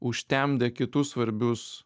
užtemdė kitus svarbius